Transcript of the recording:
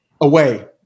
Away